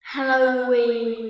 Halloween